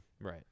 Right